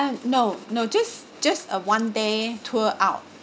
no no just just a one day tour out